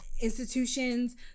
institutions